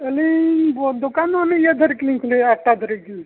ᱟᱹᱞᱤᱧ ᱫᱳᱠᱟᱱᱢᱟ ᱟᱹᱞᱤᱧ ᱟᱹᱭᱩᱵ ᱫᱷᱟᱹᱨᱤᱡ ᱜᱮᱞᱤᱧ ᱠᱷᱩᱞᱟᱹᱣᱮᱜᱼᱟ ᱟᱴᱴᱟ ᱫᱷᱟᱹᱨᱤᱡ ᱜᱮ